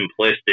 simplistic